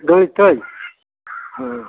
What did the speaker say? गणित ऐ हाँ